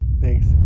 thanks